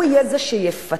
הוא יהיה זה שיפצה